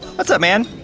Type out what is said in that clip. what's up, man!